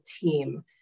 team